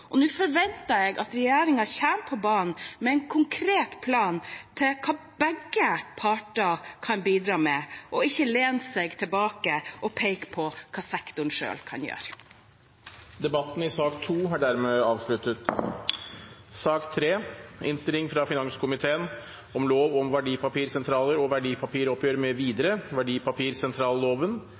Nå forventer jeg at regjeringen kommer på banen med en konkret plan til hva begge parter kan bidra med, og ikke lener seg tilbake og peker på hva sektoren selv kan gjøre. Flere har ikke bedt om ordet til sak nr. 2. Etter ønske fra finanskomiteen